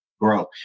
grow